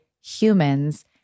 HUMANS